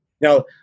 Now